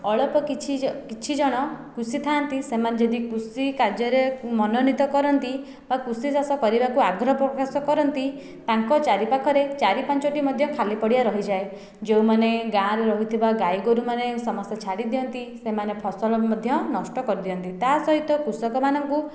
ଅଳପ କିଛି ଜ କିଛି ଜଣ କୃଷି ଥାଆନ୍ତି ସେମାନେ ଯଦି କୃଷି କାର୍ଯ୍ୟରେ ମନୋନୀତ କରନ୍ତି ବା କୃଷି ଚାଷ କରିବାକୁ ଆଗ୍ରହ ପ୍ରକାଶ କରନ୍ତି ତାଙ୍କ ଚାରି ପାଖରେ ଚାରି ପାଞ୍ଚଟି ମଧ୍ୟ ଖାଲି ପଡ଼ିଆ ରହିଯାଏ ଯେଉଁମାନେ ଗାଁରେ ରହୁଥିବା ଗାଈ ଗୋରୁ ମାନେ ସମସ୍ତେ ଛାଡ଼ି ଦିଅନ୍ତି ସେମାନେ ଫସଲ ବି ମଧ୍ୟ ନଷ୍ଟ କରିଦିଅନ୍ତି ତାହା ସହିତ କୃଷକମାନଙ୍କୁ